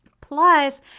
Plus